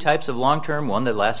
types of long term one that last